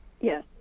yes